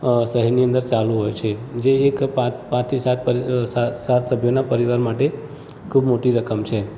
અ શહેરની અંદર ચાલુ હોય છે જે એક પાંચ પાંચથી સાત પરિ સાત સાત સભ્યોના પરિવાર માટે ખૂબ મોટી રકમ છે